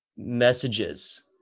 messages